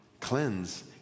cleanse